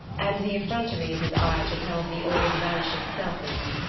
and the effrontery in his eyes repelled the old, vanishing self in her,